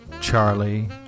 Charlie